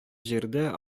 җирдә